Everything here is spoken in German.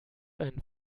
einen